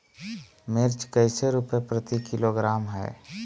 मिर्च कैसे रुपए प्रति किलोग्राम है?